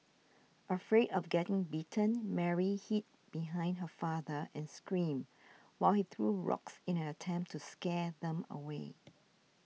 afraid of getting bitten Mary hid behind her father and screamed while he threw rocks in an attempt to scare them away